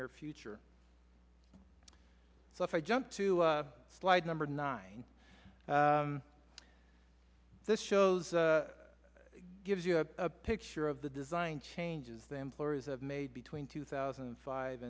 near future so if i jump to slide number nine this shows gives you a picture of the design changes the employers have made between two thousand and five